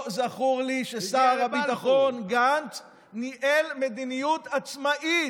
לא זכור לי ששר הביטחון גנץ ניהל מדיניות עצמאית.